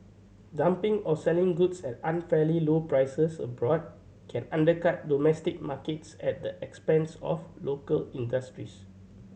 dumping or selling goods at unfairly low prices abroad can undercut domestic markets at the expense of local industries